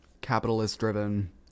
capitalist-driven